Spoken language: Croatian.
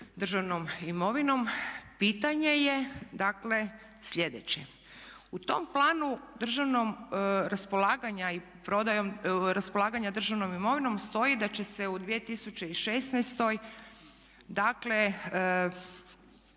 državnom imovinom, pitanje je dakle sljedeće. U tom planu državnom, raspolaganja i prodajom, raspolaganja državnom imovinom stoji da će se u 2016. dakle